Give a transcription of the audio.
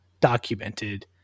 documented